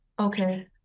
Okay